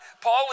Paul